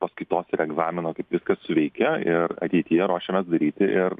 paskaitos ir egzamino kaip viskas suveikia ir ateityje ruošiamės daryti ir